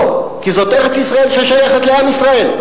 לא, כי זאת ארץ-ישראל ששייכת לעם ישראל.